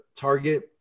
target